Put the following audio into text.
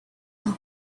else